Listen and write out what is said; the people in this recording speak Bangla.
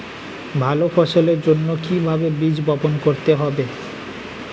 ভালো ফসলের জন্য কিভাবে বীজ বপন করতে হবে?